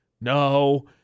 No